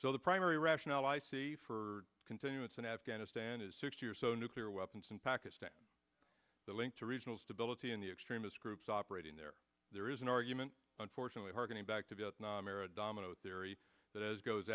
so the primary rationale i see for continuous in afghanistan is sixty or so nuclear weapons in pakistan the link to regional stability in the extremist groups operating there there is an argument unfortunately hearkening back to vietnam era domino theory that as goes